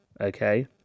okay